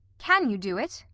can you do it?